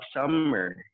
summer